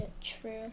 true